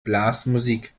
blasmusik